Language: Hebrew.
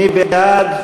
מי בעד?